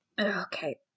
Okay